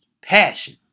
passion